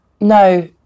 no